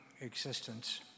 existence